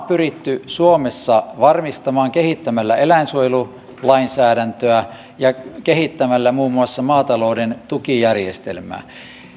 pyritty suomessa varmistamaan kehittämällä eläinsuojelulainsäädäntöä ja kehittämällä muun muassa maatalouden tukijärjestelmää